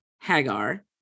Hagar